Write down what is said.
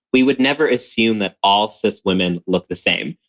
we would never assume that all cis women look the same.